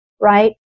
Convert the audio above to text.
right